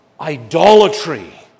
idolatry